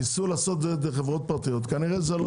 ניסו לעשות דרך חברות פרטיות - כנראה זה לא